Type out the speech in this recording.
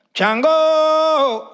Chango